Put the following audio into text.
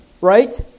Right